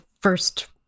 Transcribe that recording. first